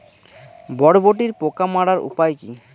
বরবটির পোকা মারার উপায় কি?